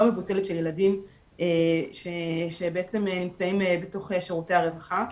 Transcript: מבוטלת של ילדים שבעצם נמצאים בתוך שירותי הרווחה,